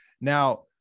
Now